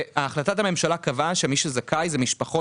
החלטת הממשלה קבעה שמי שזכאי זה משפחות